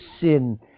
sin